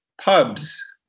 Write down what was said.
pubs